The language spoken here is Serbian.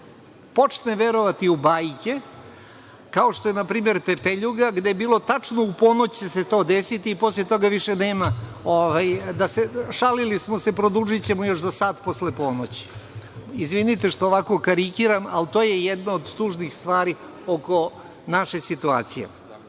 počne verovati u bajke, kao što je npr. Pepeljuga gde će se tačno u ponoć to desiti i posle toga više nema – šalili smo se, produžićemo još za sat posle ponoći. Izvinite što ovako karikiram, ali to je jedna od tužnih stvari oko naše situacije. Druga